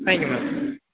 thank you ma'am